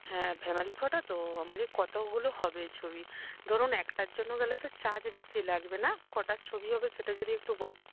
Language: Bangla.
হ্যাঁ ফ্যামিলি ফটো তো কতগুলো হবে ছবি ধরুন একটার জন্য গেলে তো চার্জ বেশি লাগবে না কটা ছবি হবে সেটা যদি একটু বলেন